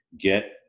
get